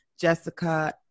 Jessica